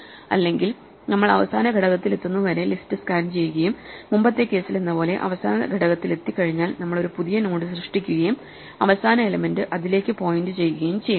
അല്ലെങ്കിൽ നമ്മൾ അവസാന ഘടകത്തിലെത്തുന്നതു വരെ ലിസ്റ്റ് സ്കാൻ ചെയ്യുകയും മുമ്പത്തെ കേസിലെന്നപോലെ അവസാന ഘടകത്തിലെത്തിക്കഴിഞ്ഞാൽ നമ്മൾ ഒരു പുതിയ നോഡ് സൃഷ്ടിക്കുകയും അവസാന എലമെന്റ് അതിലേക്ക് പോയിന്റ് ചെയ്യുകയും ചെയ്യും